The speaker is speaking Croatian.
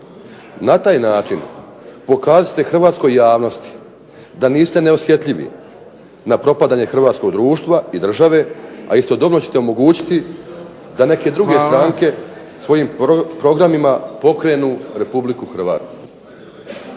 Na taj način pokazat ćete hrvatskoj javnosti da niste neosjetljivi na propadanje hrvatskog društva i države, a istodobno ćete omogućiti da neke druge stranke svojim programima pokrenu Republiku Hrvatsku.